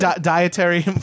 dietary